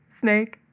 Snake